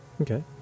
Okay